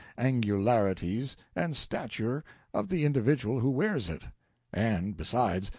angularities, and stature of the individual who wears it and, besides,